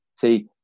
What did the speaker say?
See